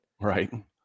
Right